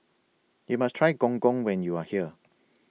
YOU must Try Gong Gong when YOU Are here